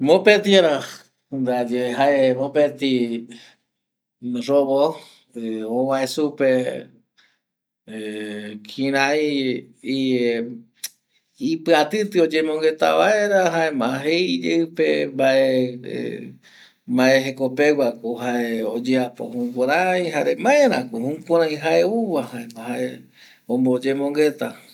Mopeti ara ndaye mopeti robo ˂Hesitation˃ ovae mbae kirai ipiatiti oyemongueta vaera jaema jei iyeipe mbae jekopegua ko jae oyeapo jukurei jare maera ko jukurei jae ouva jaema jae omoyemongueta.